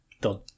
Done